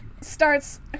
Starts